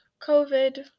COVID